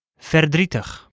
Verdrietig